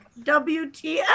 WTF